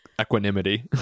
equanimity